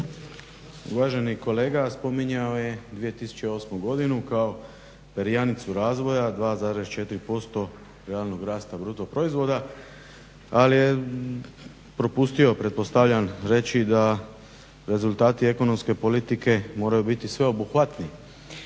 Uvaženi kolega spominjao je 2008.godinu kao perjanicu razvoja 2,4% javnog rasta bruto proizvoda ali je propustio pretpostavljam reći da rezultati ekonomske politike moraju biti sveobuhvatni